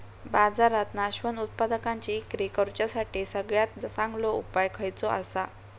बाजारात नाशवंत उत्पादनांची इक्री करुच्यासाठी सगळ्यात चांगलो उपाय खयचो आसा?